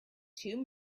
two